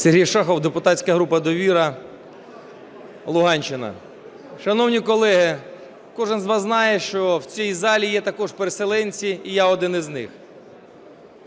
Сергій Шахов, депутатська група "Довіра", Луганщина. Шановні колеги, кожен з вас знає, що в цій залі є також переселенці, і я один із них.